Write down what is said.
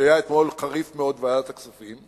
שהיה חריף מאוד אתמול בוועדת הכספים,